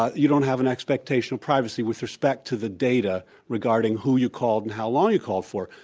ah you don't have an expectation of privacy with respect to the data regarding who you called and how long you called for.